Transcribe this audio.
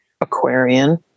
aquarian